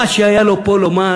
מה שהיה לו פה לומר: